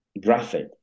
graphic